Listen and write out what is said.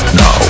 no